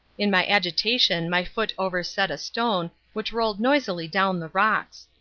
in my agitation my foot overset a stone, which rolled noisily down the rocks.